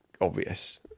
obvious